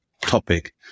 topic